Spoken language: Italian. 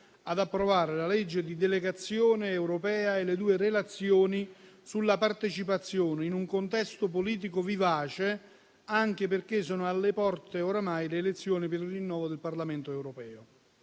ad approvare la legge di delegazione europea e le due relazioni sulla partecipazione in un contesto politico vivace, anche perché sono alle porte, oramai, le elezioni per il rinnovo del Parlamento europeo.